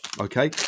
Okay